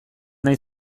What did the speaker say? nahi